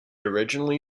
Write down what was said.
originally